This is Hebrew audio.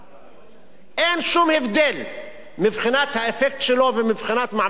אין שום הבדל מבחינת האפקט שלו ומבחינת מעמדו על-פי